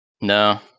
No